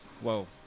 whoa